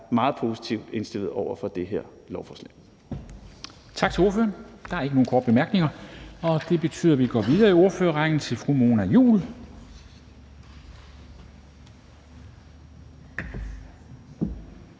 meget positivt indstillet over for det her lovforslag.